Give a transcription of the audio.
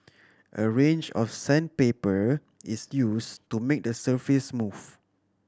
a range of sandpaper is used to make the surface smooth